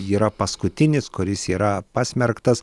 yra paskutinis kuris yra pasmerktas